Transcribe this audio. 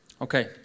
Okay